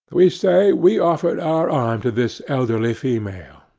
we say we offered our arm to this elderly female,